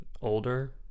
older